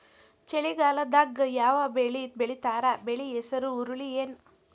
ಚಳಿಗಾಲದಾಗ್ ಯಾವ್ ಬೆಳಿ ಬೆಳಿತಾರ, ಬೆಳಿ ಹೆಸರು ಹುರುಳಿ ಏನ್?